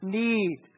need